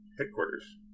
headquarters